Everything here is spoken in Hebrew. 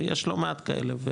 ויש לא מעט כאלה.